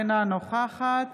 אינה נוכחת